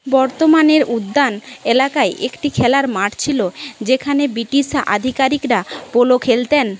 বর্তমানের উদ্যান এলাকায় একটি খেলার মাঠ ছিল যেখানে ব্রিটিশ আধিকারিকরা পোলো খেলতেন